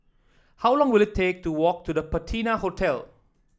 how long will it take to walk to The Patina Hotel